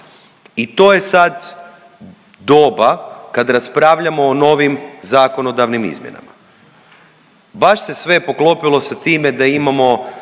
i to je sad doba kad raspravljamo o novim zakonodavnim izmjenama. Baš se sve poklopilo sa time da imamo